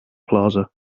plaza